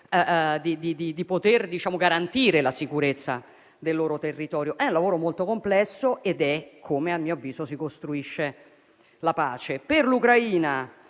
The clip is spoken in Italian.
di garantire la sicurezza del loro territorio. È un lavoro molto complesso ed è così che a mio avviso si costruisce la pace. Per l'Ucraina,